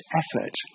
effort